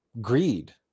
greed